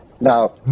now